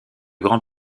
grand